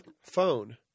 phone